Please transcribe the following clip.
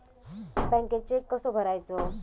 बँकेत चेक कसो भरायचो?